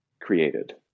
created